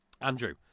Andrew